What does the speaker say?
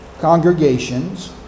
congregations